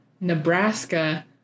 Nebraska